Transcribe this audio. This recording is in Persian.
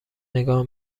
نگاه